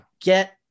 get